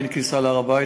אין כניסה להר-הבית?